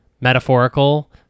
metaphorical